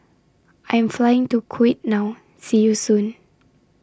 I Am Flying to Kuwait now See YOU Soon